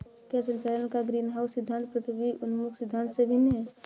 क्या संचालन का ग्रीनहाउस सिद्धांत पृथ्वी उन्मुख सिद्धांत से भिन्न है?